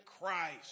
Christ